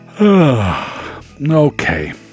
Okay